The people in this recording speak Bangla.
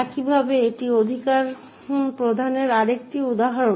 একইভাবে এটি অধিকার প্রদানের আরেকটি উদাহরণ